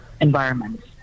environment